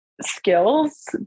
skills